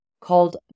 called